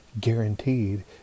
guaranteed